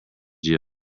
jill